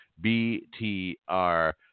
B-T-R